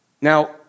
Now